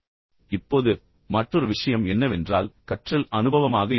இப்போது மற்றொரு விஷயம் என்னவென்றால் கற்றல் அனுபவமாக இருக்க வேண்டும்